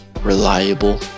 reliable